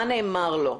מה נאמר לו?